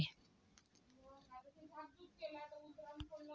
cocoa पावडरमध्ये फारच कमी कोको बटर मुख्यतः कोको सॉलिड आहे